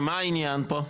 שמה העניין פה?